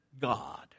God